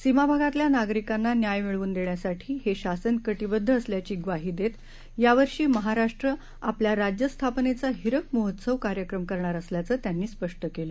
सीमा भागातल्या नागरिकांना न्याय मिळवून देण्यासाठी हे शासन कटिबद्ध असल्याची ग्वाही देत यावर्षी महाराष्ट्र आपल्या राज्य स्थापनेचा हिरक महोत्सव कार्यक्रम करणार असल्याचं त्यांनी स्पष्ट केलं